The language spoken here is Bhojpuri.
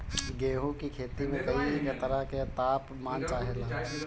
गेहू की खेती में कयी तरह के ताप मान चाहे ला